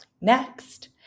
Next